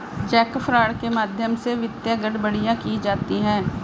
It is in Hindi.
चेक फ्रॉड के माध्यम से वित्तीय गड़बड़ियां की जाती हैं